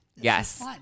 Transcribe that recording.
Yes